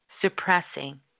suppressing